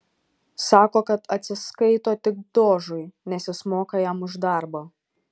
sako kad atsiskaito tik dožui nes jis moka jam už darbą